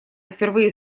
впервые